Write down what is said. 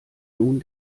nun